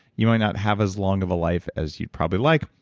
you might not have as long of a life as you'd probably like,